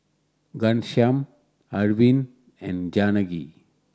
Ghanshyam Arvind and Janaki